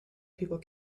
people